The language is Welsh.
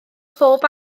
phob